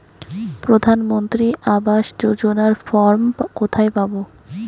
প্রধান মন্ত্রী আবাস যোজনার ফর্ম কোথায় পাব?